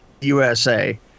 USA